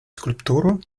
скульптуру